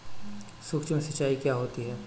सुक्ष्म सिंचाई क्या होती है?